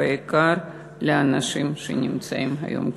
ובעיקר לאנשים שנמצאים היום כאן.